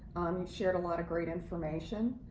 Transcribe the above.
shared a lot of great information.